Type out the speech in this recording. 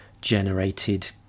generated